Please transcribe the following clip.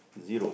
zero